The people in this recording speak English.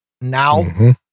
Now